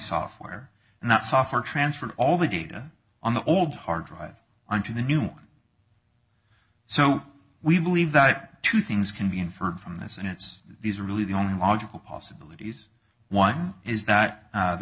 software and that software transferred all the data on the old hard drive onto the new one so we believe that two things can be inferred from this and it's these really the only logical possibilities one is that